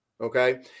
okay